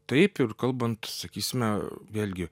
taip ir kalbant sakysime vėlgi